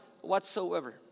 whatsoever